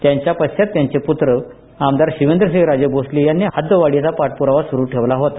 त्यांच्या पश्वात त्यांचे पूत्र आमदार शिवेंद्रसिंहराजे भोसले यांनी हद्दवाढीचा पाठप्रावा सुरू ठेवला होता